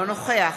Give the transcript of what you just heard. אינו נוכח